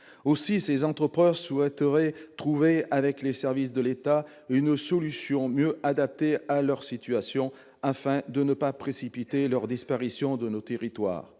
Aussi ces entrepreneurs souhaiteraient-ils trouver, avec les services de l'État, une solution mieux adaptée à leur situation, afin que leur disparition de nos territoires